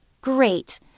Great